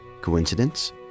Coincidence